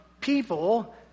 people